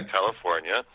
California